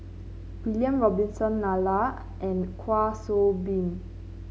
William Robinson Nalla and Kwa Soon Bee